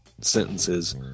sentences